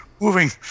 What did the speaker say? moving